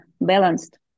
balanced